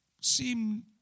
seem